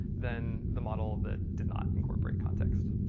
than the model that did not incorporate context.